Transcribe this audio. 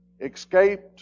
escaped